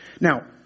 Now